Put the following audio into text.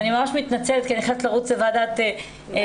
אני ממש מתנצלת, כי אני חייבת לרוץ לוועדת חינוך.